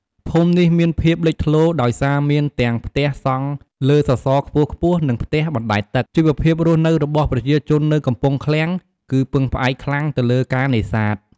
ភូមិនេះមានភាពលេចធ្លោដោយសារមានទាំងផ្ទះសង់លើសសរខ្ពស់ៗ និងផ្ទះអណ្ដែតទឹក។ ជីវភាពរស់នៅរបស់ប្រជាជននៅកំពង់ឃ្លាំងគឺពឹងផ្អែកខ្លាំងទៅលើការនេសាទ។